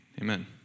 Amen